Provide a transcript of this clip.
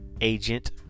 agent